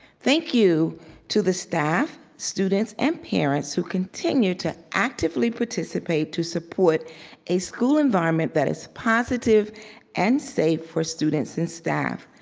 thank you to the staff, students, and parents who continue to actively participate to support a school enviroment that is positive and safe for students and staff.